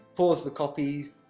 pause the copy,